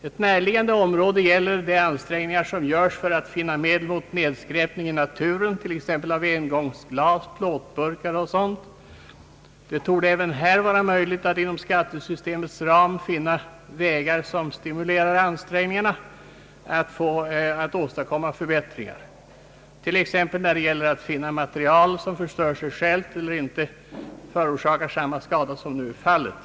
Ett närliggande område gäller de ansträngningar som görs för att finna medel mot nedskräpning i naturen, t.ex. av engångsglas, plåtburkar och dylikt. Det torde även här vara möjligt att in om skattesystemets ram finna vägar som stimulerar ansträngningarna att åstadkomma förbättringar, t.ex. när det gäller att finna material som förstör sig självt eller inte förorsakar samma skada som nu är fallet.